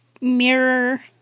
mirror